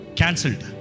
cancelled